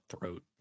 throat